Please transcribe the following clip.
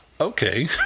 Okay